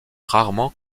rarement